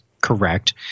correct